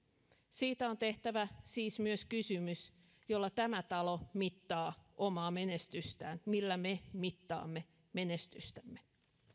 siitä on tehtävä siis myös kysymys jolla tämä talo mittaa omaa menestystään millä me mittaamme menestystämme